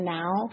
now